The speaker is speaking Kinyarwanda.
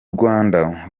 rwanda